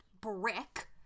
Brick